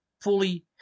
fully